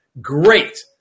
Great